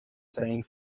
same